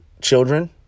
children